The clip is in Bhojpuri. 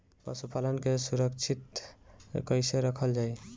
पशुपालन के सुरक्षित कैसे रखल जाई?